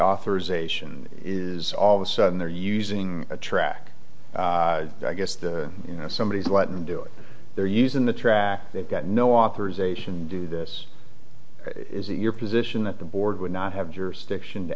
authorization is all of a sudden they're using a track i guess the you know somebody is latin do it they're using the track they've got no authorization do this or is it your position that the board would not have jurisdiction to